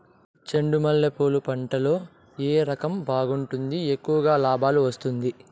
చెండు మల్లె పూలు పంట లో ఏ రకం బాగుంటుంది, ఎక్కువగా లాభాలు వస్తుంది?